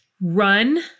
Run